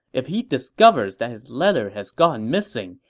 if he discovers that his letter has gone missing,